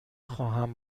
خواهم